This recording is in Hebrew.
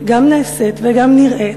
גם נעשית וגם נראית,